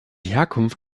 herkunft